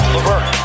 Levert